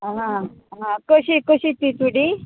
आं आं कशी कशी ती चुडी